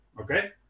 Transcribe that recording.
okay